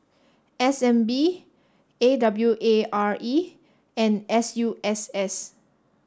S N B A W A R E and S U S S